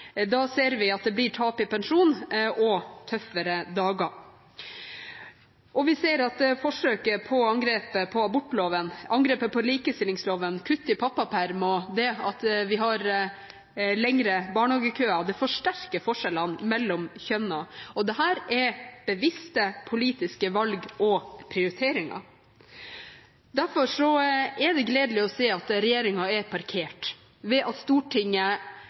da rengjørerne i Forsvaret måtte gå på grunn av privatisering. Vi ser at det blir tap av pensjon og tøffere dager. Vi ser også at forsøket på angrep på abortloven, angrepet på likestillingsloven, kutt i pappaperm og det at vi har lengre barnehagekøer, forsterker forskjellene mellom kjønnene. Dette er bevisste politiske valg og prioriteringer. Derfor er det gledelig å se at regjeringen er parkert ved at Stortinget